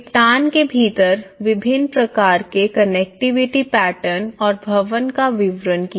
निपटान के भीतर विभिन्न प्रकार के कनेक्टिविटी पैटर्न और भवन का विवरण किया